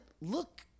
look